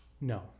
No